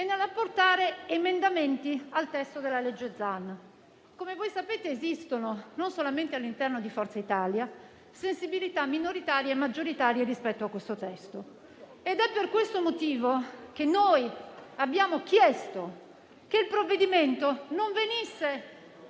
nel proporre emendamenti al testo del disegno di legge Zan. Come voi sapete esistono, non solamente all'interno di Forza Italia, sensibilità minoritarie e maggioritarie rispetto a questo testo. Questo è il motivo per il quale noi abbiamo chiesto che il provvedimento non venisse